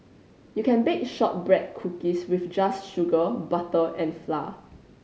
you can bake shortbread cookies with just sugar butter and flour